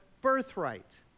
birthright